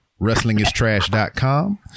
wrestlingistrash.com